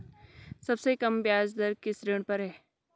सबसे कम ब्याज दर किस ऋण पर है?